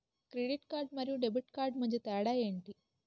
Credit card మరియు debit card మధ్య తేడా ఎంటి?